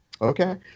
Okay